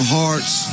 hearts